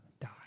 die